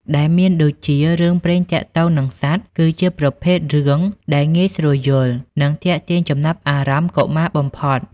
ដែលមានដូចជា រឿងព្រេងទាក់ទងនឹងសត្វ គឺជាប្រភេទរឿងដែលងាយស្រួលយល់ និងទាក់ទាញចំណាប់អារម្មណ៍កុមារបំផុត។